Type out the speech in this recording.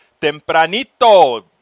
tempranito